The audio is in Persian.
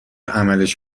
عملش